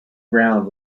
ground